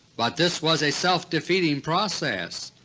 but this was a self-defeating process.